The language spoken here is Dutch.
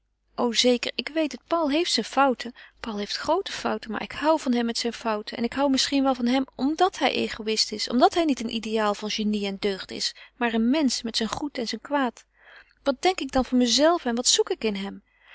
o zeker ik weet het paul heeft zijn fouten paul heeft groote fouten maar ik hoû van hem met zijn fouten ik hoû misschien wel van hem omdat hij egoïst is omdat hij niet een ideaal van genie en deugd is maar een mensch met zijn goed en zijn kwaad wat denk ik dan van mezelve en wat zoek ik in hem